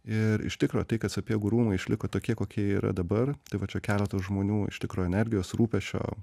ir iš tikro tai kad sapiegų rūmai išliko tokie kokie yra dabar tai va čia keleto žmonių iš tikro energijos rūpesčio